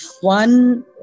one